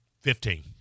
Fifteen